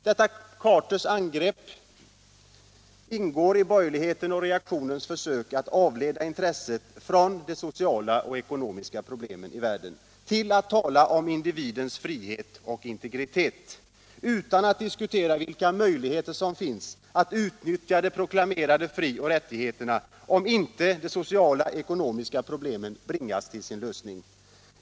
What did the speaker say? Detta Carters angrepp ingår i borgerlighetens och reaktionens försök att avleda intresset från de sociala och ekonomiska problemen i världen. Man talar om individens frihet och integritet utan att diskutera vilka möjligheter som finns att utnyttja de proklamerade frioch rättigheterna, om inte de sociala och ekonomiska problemen bringas till sin lösning.